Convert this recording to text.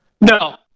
No